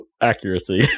accuracy